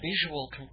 visual